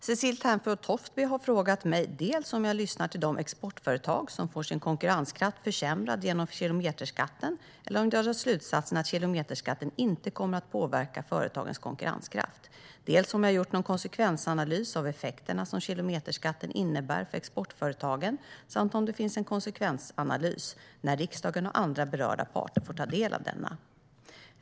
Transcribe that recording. Herr talman! Cecilie Tenfjord-Toftby har frågat mig dels om jag lyssnar till de exportföretag som får sin konkurrenskraft försämrad genom kilometerskatten eller om jag drar slutsatsen att kilometerskatten inte kommer att påverka företagens konkurrenskraft, dels om jag har gjort någon konsekvensanalys av effekterna som kilometerskatten innebär för exportföretagen samt om det finns en konsekvensanalys, när riksdagen och andra berörda parter får ta del av denna.